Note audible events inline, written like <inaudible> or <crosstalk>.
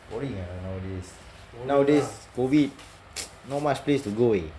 boring ah nowadays nowadays COVID <noise> not much place to go eh